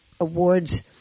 Awards